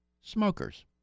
smokers